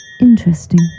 Interesting